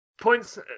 points